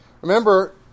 Remember